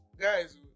guys